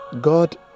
God